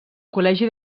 col·legi